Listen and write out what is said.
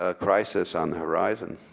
ah crisis on the horizon.